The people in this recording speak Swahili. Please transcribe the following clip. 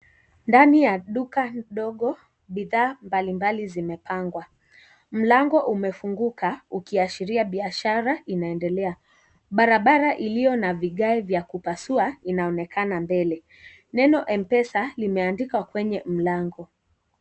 Ndani ya duka dogo, bidhaa mbalimbali zimepangwa. Mlango umefunguka, ukiashiria biashara inaendelea. Barabara iliyo na vigae vya kupasua, inaonekana mbele. Neno Mpesa, limeandikwa kwenye mlango.